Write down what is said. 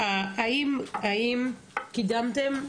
האם קידמתם?